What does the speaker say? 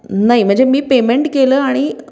नाही म्हणजे मी पेमेंट केलं आणि